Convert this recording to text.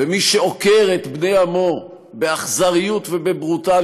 ומי שעוקר את בני עמו באכזריות ובברוטליות